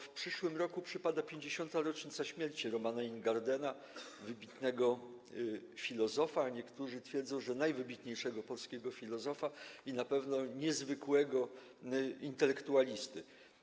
W przyszłym roku przypada 50. rocznica śmierci Romana Ingardena, wybitnego filozofa, niektórzy twierdzą, że najwybitniejszego polskiego filozofa i na pewno niezwykłego intelektualisty.